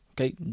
Okay